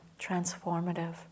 transformative